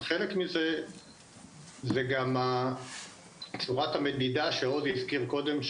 חלק מזה זה גם צורת המדידה שעוז הזכיר קודם,